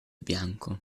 bianco